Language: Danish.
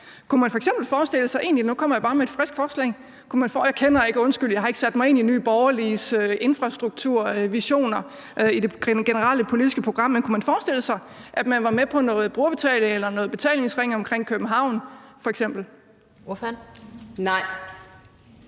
kunne man f.eks. forestille sig, at man var med på noget brugerbetaling eller noget betalingsring omkring København? Kl.